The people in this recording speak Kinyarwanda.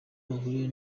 bahurira